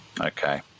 Okay